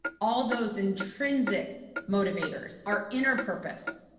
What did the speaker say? all those intrinsic motivators, our inner purpose.